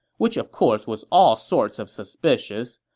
which of course was all sorts of suspicious.